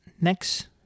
next